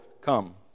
come